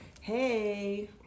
Hey